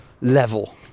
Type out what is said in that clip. level